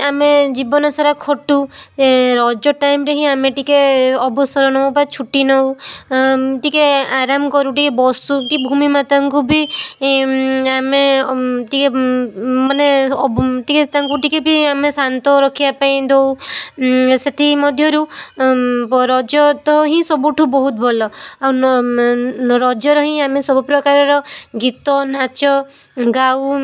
ଆମେ ଜୀବନ ସାରା ଖଟୁ ଏ ରଜ ଟାଇମ୍ ରେ ହିଁ ଆମେ ଟିକେ ଅବସର ନଉ ବା ଛୁଟି ନଉ ଟିକେ ଆରାମ କରୁ ଟିକେ ବସୁ କି ଭୂମି ମାତାଙ୍କୁ ବି ଆମେ ଟିକେ ମାନେ ଅବ ଟିକେ ତାଙ୍କୁ ଟିକେ ବି ଆମେ ଶାନ୍ତ ରଖିବା ପାଇଁ ଦଉ ସେଥିମଧ୍ୟରୁ ରଜ ତ ହିଁ ସବୁଠୁ ବହୁତ ଭଲ ଆଉ ରଜରେ ହିଁ ଆମେ ସବୁ ପ୍ରକାରର ଗୀତ ନାଚ ଗାଉ